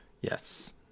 Yes